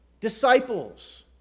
disciples